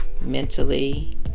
Mentally